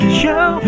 show